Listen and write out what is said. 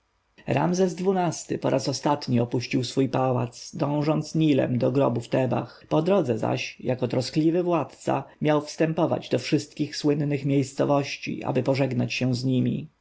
ramzes xii-ty po raz ostatni opuścił swój pałac dążąc nilem do grobu w tebach po drodze zaś jako troskliwy władca miał wstępować do wszystkich słynnych miejscowości aby pożegnać się z niemi